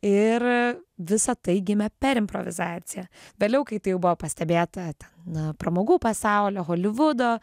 ir visa tai gimė per improvizaciją vėliau kai tai jau buvo pastebėta ten na pramogų pasaulio holivudo